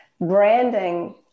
branding